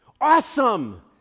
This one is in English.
Awesome